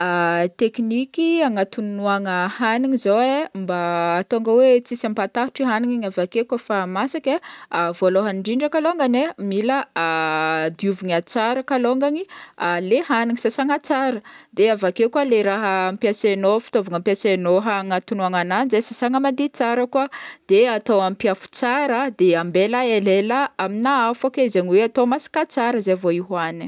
Tekniky agnatonoagna hagniny zao e mba ahatônga hoe tsisy ampatahotry hanigny igny kaofa masaka e, vôlohany ndrindra kalôngany e, mila diovigna tsara kalôngagny le hagny, sasagna tsara de avake koa le raha ampiasaignao, le fitaovagna ampiasaignao hagnatognoagna agnanjy e sasagna tsara koa de atao ampy afo tsara de ambela elaela amina afo ake zegny hoe atao masaka tsara zay vao hihohagny.